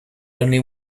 only